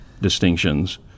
distinctions